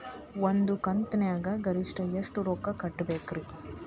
ಒಂದ್ ಕಂತಿನ್ಯಾಗ ಗರಿಷ್ಠ ಎಷ್ಟ ರೊಕ್ಕ ಕಟ್ಟಬೇಕ್ರಿ?